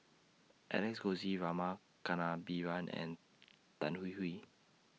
Alex Josey Rama Kannabiran and Tan Hwee Hwee